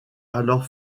alors